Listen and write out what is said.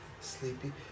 Sleepy